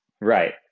right